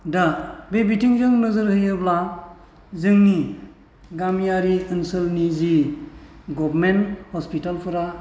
दा बे बिथिंजों नोजोर होयोब्ला जोंनि गामियारि ओनसोलनि जि गभर्नमेन्ट हस्पिटालफोरा